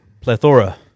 plethora